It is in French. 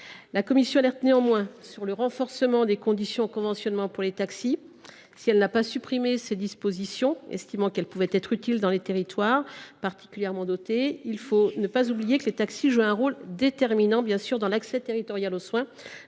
efforts. Elle alerte néanmoins sur le renforcement des conditions d’accès au conventionnement pour les taxis. Elle n’a pas supprimé ces dispositions, estimant qu’elles pouvaient être utiles dans les territoires particulièrement bien dotés, mais il ne faut pas oublier que les taxis jouent un rôle déterminant dans l’accès territorial aux soins,